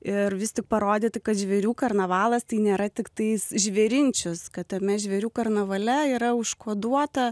ir vis tik parodyti kad žvėrių karnavalas tai nėra tiktais žvėrinčius kad tame žvėrių karnavale yra užkoduota